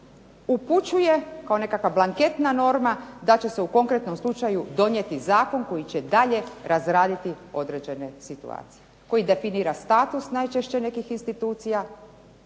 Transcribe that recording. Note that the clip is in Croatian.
upućuje kao nekakva blanketna norma da će se u konkretnom slučaju donijeti zakon koji će dalje razraditi određene situacije, koji definira status najčešće nekih institucija,